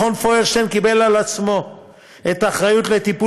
מכון פוירשטיין קיבל על עצמו את האחריות לטיפול